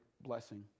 blessing